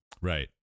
Right